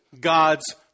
God's